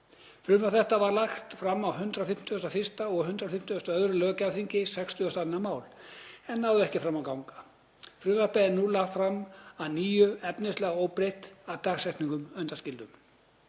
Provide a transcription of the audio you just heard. Frumvarp þetta var lagt fram á 151. og 152. löggjafarþingi (62. mál) en náði ekki fram að ganga. Frumvarpið er nú lagt fram að nýju efnislega óbreytt að dagsetningum undanskildum.